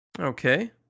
Okay